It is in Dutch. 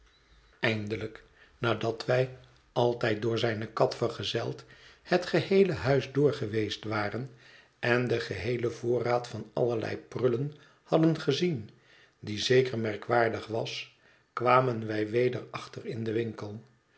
eindelijk nadat wij altijd door zijne kat vergezeld het geheele huis door geweest waren en den geheelen voorraad van allerlei prullen hadden gezien die zeker merkwaardig was kwamen wij weder achter in den winkel